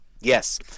yes